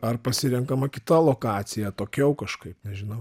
ar pasirenkama kita lokacija atokiau kažkaip nežinau